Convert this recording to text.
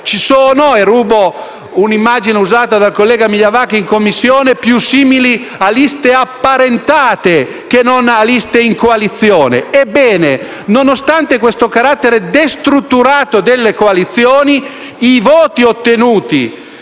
simili - e rubo un'immagine usata dal collega Migliavacca in Commissione - a liste apparentate che non a liste in coalizione. Ebbene, nonostante il carattere destrutturato delle coalizioni, i voti ottenuti